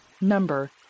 Number